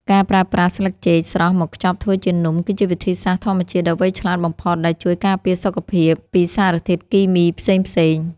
ការប្រើប្រាស់ស្លឹកចេកស្រស់មកខ្ចប់ធ្វើជានំគឺជាវិធីសាស្ត្រធម្មជាតិដ៏វៃឆ្លាតបំផុតដែលជួយការពារសុខភាពពីសារធាតុគីមីផ្សេងៗ។